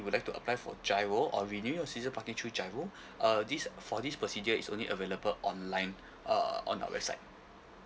you would like to apply for giro or renew your season parking through giro uh this for this procedure is only available online err on our website